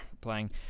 Playing